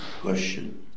question